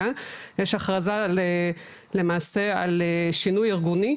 יש הכרזה למעשה על שינוי ארגוני,